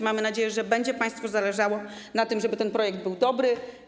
Mamy nadzieję, że będzie państwu zależało na tym, żeby ten projekt był dobry.